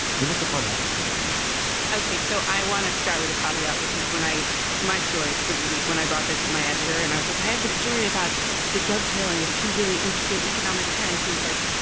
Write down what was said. give us a fun, happy story, noel ok. so i want to start with a caveat, which is when i my story for the week, when i brought this to my editor. and i was, like, i have a story about the dovetailing of two really interesting economic trends. he was, like,